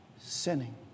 sinning